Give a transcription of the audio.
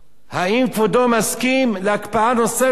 האם כבודו מסכים להקפאה נוספת?